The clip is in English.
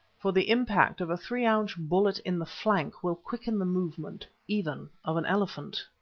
for the impact of a three-ounce bullet in the flank will quicken the movement even of an elephant.